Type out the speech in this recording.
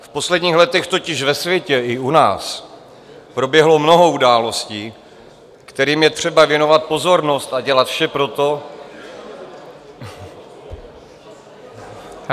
V posledních letech totiž ve světě i u nás proběhlo mnoho událostí, kterým je třeba věnovat pozornost a dělat vše pro to...